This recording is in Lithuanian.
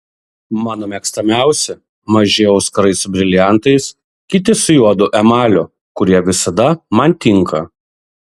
mano mėgstamiausi maži auskarai su briliantais kiti su juodu emaliu kurie visada man tinka